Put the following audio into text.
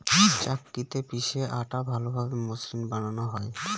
চাক্কিতে পিষে আটা ভালোভাবে মসৃন বানানো হয়